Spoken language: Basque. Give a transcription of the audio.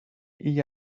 hil